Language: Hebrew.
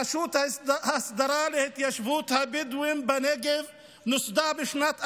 הרשות להסדרת ההתיישבות הבדואית בנגב נוסדה בשנת 2007,